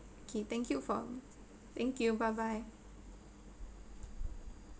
okay thank you for thank you bye bye